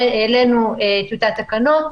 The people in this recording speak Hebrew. העלינו טיוטת תקנות,